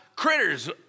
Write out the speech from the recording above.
Critters